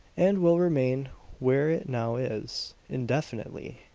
and will remain where it now is indefinitely!